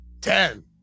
ten